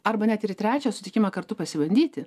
arba net ir į trečią susitikimą kartu pasibandyti